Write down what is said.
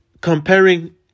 comparing